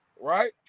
right